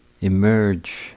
emerge